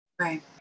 Right